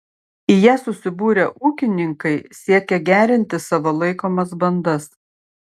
į ją susibūrę ūkininkai siekia gerinti savo laikomas bandas